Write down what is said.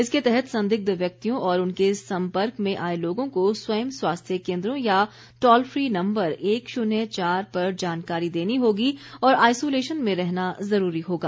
इसके तहत संदिग्ध व्यक्तियों और उनके संपर्क में आए लोगों को स्वयं स्वास्थ्य केन्द्रों या टोल फ्री नम्बर एक शून्य चार पर जानकारी देनी होगी और आइसोलेशन में रहना ज़रूरी होगा